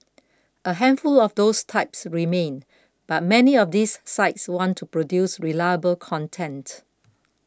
a handful of those types remain but many of these sites want to produce reliable content